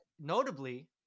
Notably